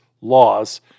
laws